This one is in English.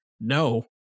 No